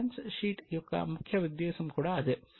balance sheet యొక్క ముఖ్య ఉద్దేశ్యం కూడా అదే